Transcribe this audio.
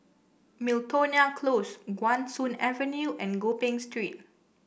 Miltonia Close Guan Soon Avenue and Gopeng Street